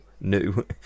new